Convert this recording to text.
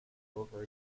over